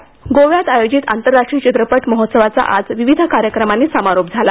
चित्रपट महोत्सव गोव्यात आयोजित आंतराराष्ट्रीय चित्रपट महोत्सवाचा आज विविध कार्यक्रमांनी समारोप झाला